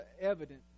evident